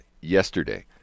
yesterday